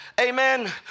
amen